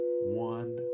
one